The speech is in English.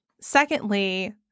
Secondly